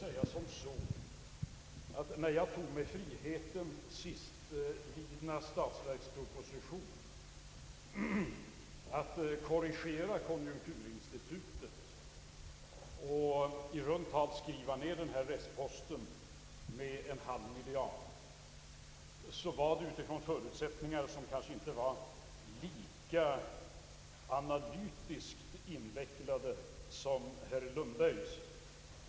Herr talman! Herr Lundberg började med att säga att han var helt fascinerad av frågan om restposten, och hans inlägg var ju en utomordentlig verifikation på hans egen deklaration. När jag tog mig friheten att i den senaste statsverkspropositionen korrigera konjunkturinstitutet och skriva ner restposten med i runt tal en halv miljard kronor, utgick jag från förutsättningar som kanske inte var lika analy tiskt invecklade som herr Lundbergs.